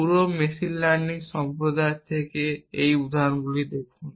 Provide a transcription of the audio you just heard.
পুরো machine learning সম্প্রদায়ের থেকে উদাহরণগুলি দেখুন